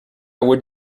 would